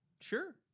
sure